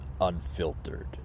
unfiltered